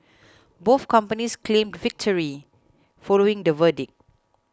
both companies claimed victory following the verdict